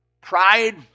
Pride